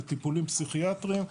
טיפולים פסיכיאטריים.